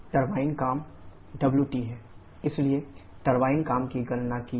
Pc97267 kJkg turbine काम WT है WTh2 h3100107kk1q इसलिए टरबाइन काम की गणना की